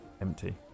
empty